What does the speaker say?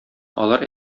алар